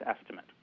estimate